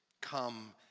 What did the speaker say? Come